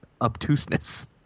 obtuseness